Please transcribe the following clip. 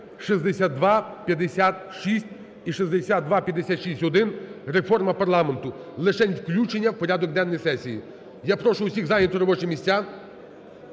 6256 і 6256-1 реформа парламенту, лишень включення у порядок денний сесії. Я прошу всіх зайняти робочі місця,